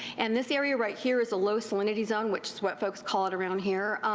and this area right here is a low salinity zone, which is what folks call it around here,